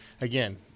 again